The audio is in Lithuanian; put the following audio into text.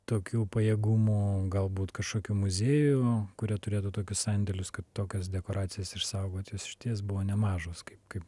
tokių pajėgumų galbūt kažkokių muziejų kurie turėtų tokius sandėlius kad tokias dekoracijas išsaugot jos išties buvo nemažos kaip kad